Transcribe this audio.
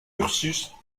ursus